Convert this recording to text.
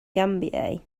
gambier